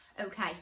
Okay